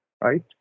right